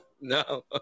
No